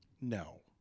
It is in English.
No